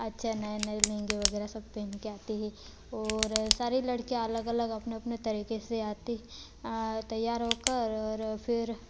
अच्छे नए नए लहंगे वगैरह सब पहन के आती हैं और सारी लडकियाँ अलग अलग अपने अपने तरीके से आती तैयार होकर और फिर